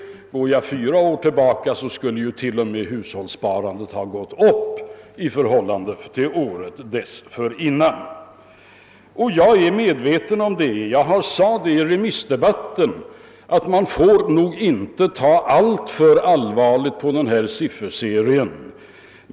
Om man går fyra år tillbaka i tiden finner man, att hushållssparandet då ökades i förhållande till året dessförinnan. Jag är medveten om detta och sade i remissdebatten att man inte får ta alltför allvarligt på denna sifferserie.